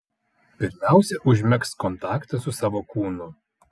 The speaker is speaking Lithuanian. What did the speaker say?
pirmiausia užmegzk kontaktą su savo kūnu